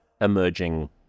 emerging